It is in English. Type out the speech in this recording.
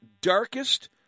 darkest